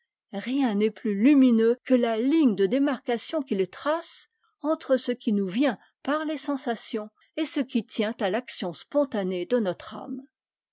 rien n'est plus lumineux que la ligne de démarcation qu'il trace entre ce qui nous vient par les sensations et ce qui tient à l'action spontanée de notre âme